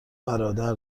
برادر